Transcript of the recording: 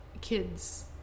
kids